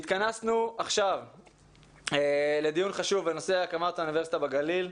התכנסנו לדיון חשוב בנושא הקמת אוניברסיטה בגליל.